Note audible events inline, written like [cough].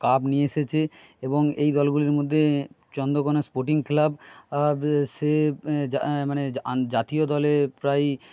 cup নিয়ে এসেছে এবং এই দলগুলির মধ্যে চন্দ্রকোনা স্পোর্টিং ক্লাব [unintelligible] মানে জাতীয় দলে প্রায়